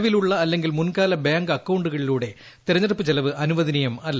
നിലവിലുള്ള അല്ലെങ്കിൽ മുൻകാല ബാങ്ക് അക്കൌണ്ടുകളിലൂടെ തെരഞ്ഞെടുപ്പ് ചെലവ് അനുവദനീയനമല്ല